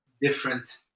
different